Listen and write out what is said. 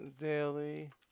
Daily